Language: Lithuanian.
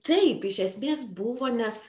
taip iš esmės buvo nes